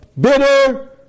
bitter